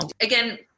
again